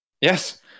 Yes